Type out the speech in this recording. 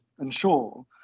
ensure